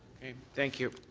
okay. thank you.